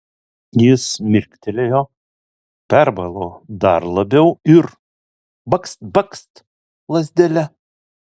jis mirktelėjo perbalo dar labiau ir bakst bakst lazdele